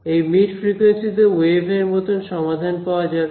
এই mid frequency তে ওয়েভের মত সমাধান পাওয়া যাবে